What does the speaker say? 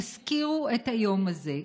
תזכירו את היום הזה,